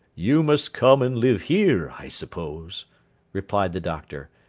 you must come and live here, i suppose replied the doctor.